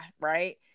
Right